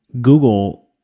Google